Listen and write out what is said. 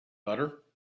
butter